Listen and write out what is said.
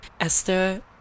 Esther